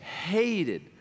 hated